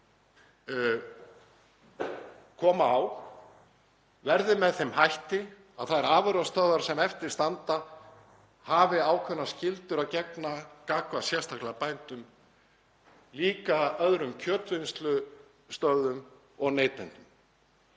koma á verði með þeim hætti að þær afurðastöðvar sem eftir standa hafi ákveðnum skyldum að gegna gagnvart sérstaklega bændum, líka öðrum kjötvinnslustöðvum og neytendum.